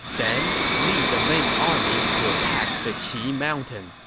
then lead the main army to attack the qi mountain.